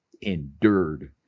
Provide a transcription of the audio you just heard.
endured